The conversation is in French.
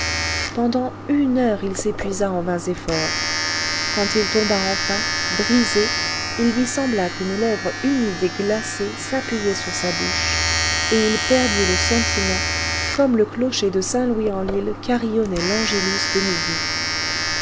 pendant une heure il s'épuisa en vains efforts quand il tomba enfin brisé il lui sembla qu'une lèvre humide et glacée s'appuyait sur sa bouche et il perdit le sentiment comme le clocher de saint louis en lile carillonnait l'angelus de midi